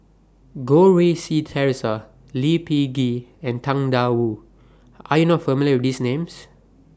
Goh Rui Si Theresa Lee Peh Gee and Tang DA Wu Are YOU not familiar with These Names